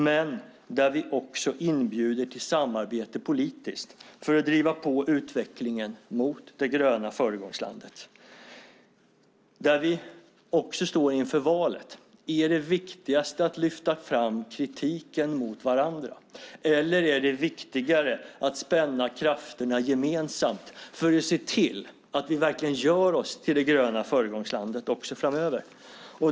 Vi inbjuder också till samarbete politiskt för att driva på utvecklingen mot det gröna föregångslandet. Vi står också inför ett val. Är det viktigast att lyfta fram kritiken mot varandra? Eller är det viktigare att spänna krafterna gemensamt för att se till att vi verkligen gör oss till det gröna föregångslandet?